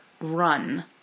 run